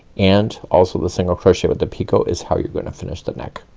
and also the single crochet with the picot, is how you're gonna finish the neck.